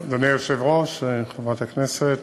אדוני היושב-ראש, חברת הכנסת,